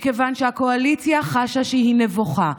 מכיוון שהקואליציה חשה שהיא נבוכה.